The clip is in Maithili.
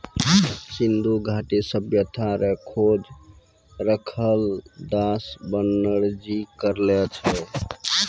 सिन्धु घाटी सभ्यता रो खोज रखालदास बनरजी करलो छै